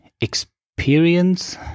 experience